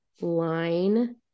line